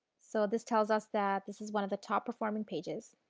so this tells us that this is one of the top performing pages,